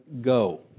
Go